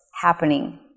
happening